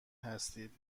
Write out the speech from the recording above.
هستید